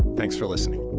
thanks for listening